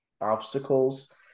obstacles